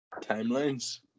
timelines